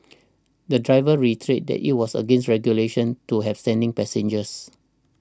the driver reiterated that it was against regulations to have standing passengers